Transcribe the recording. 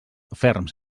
ferms